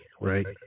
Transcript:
right